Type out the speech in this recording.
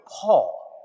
Paul